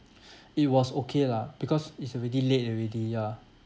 it was okay lah because it's already late already ya